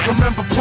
Remember